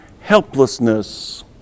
helplessness